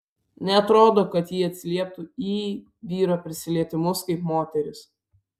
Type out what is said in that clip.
neatrodo kad ji atsilieptų į vyro prisilietimus kaip moteris